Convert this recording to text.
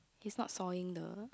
he's not sawing the